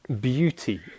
beauty